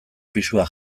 pisua